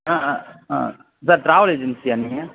ஆ ஆ ஆ sir travel ஏஜென்சியா நீங்கள்